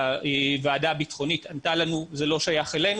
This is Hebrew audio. הוועדה הביטחונית ענתה לנו: זה לא שייך אלינו,